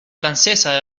francesa